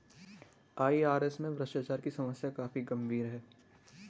IRS में भ्रष्टाचार की समस्या काफी गंभीर है